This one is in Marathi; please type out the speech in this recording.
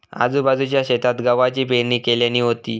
आजूबाजूच्या शेतात गव्हाची पेरणी केल्यानी होती